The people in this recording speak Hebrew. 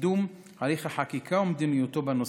לקידום הליך החקיקה ומדיניותו בנושא.